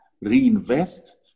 reinvest